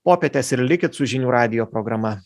popietės ir likit su žinių radijo programa